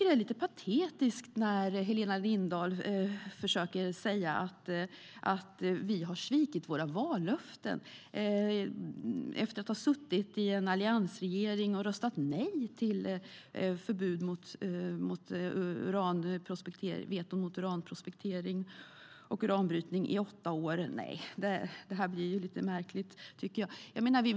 Det är lite patetiskt när Helena Lindahl försöker säga att vi har svikit våra vallöften efter att Centerpartiet har suttit i en alliansregering och röstat nej till veto mot uranprospektering och uranbrytning i åtta år. Det blir lite märkligt.